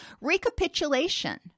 Recapitulation